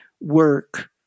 work